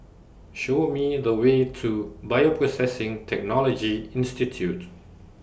Show Me The Way to Bioprocessing Technology Institute